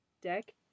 deck